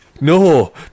no